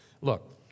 Look